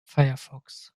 firefox